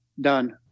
done